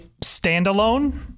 standalone